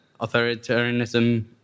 authoritarianism